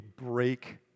break